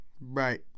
Right